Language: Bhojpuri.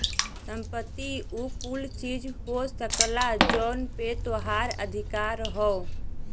संपत्ति उ कुल चीज हो सकला जौन पे तोहार अधिकार हौ